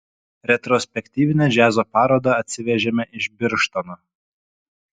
retrospektyvinę džiazo parodą atsivežėme iš birštono